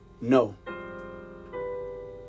No